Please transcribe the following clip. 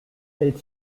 elle